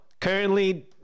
currently